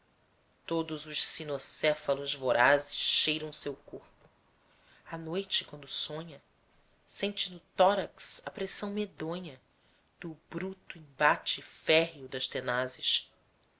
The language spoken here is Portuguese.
todos os cinocéfalos vorazes cheiram seu corpo à noite quando sonha sente no tórax a pressão medonha do bruto embate férreo das tenazes